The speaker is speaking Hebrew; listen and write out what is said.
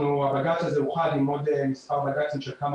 הבג"צ הזה אוחד עם עוד מספר בג"צים של כמה